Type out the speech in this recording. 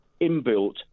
inbuilt